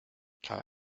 cada